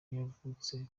yavutse